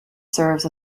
serves